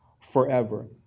forever